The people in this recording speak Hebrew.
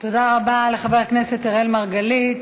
תודה רבה לחבר הכנסת אראל מרגלית.